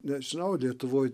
nežinau lietuvoj